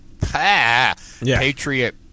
Patriot